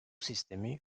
sistemi